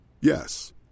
Yes